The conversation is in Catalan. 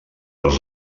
les